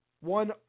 one